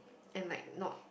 and like not